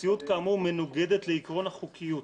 מציאות כאמור מנוגדת לעקרון החוקיות.